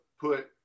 put